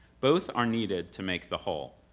both are needed to make the whole,